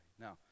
Now